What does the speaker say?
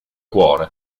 cuore